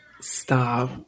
Stop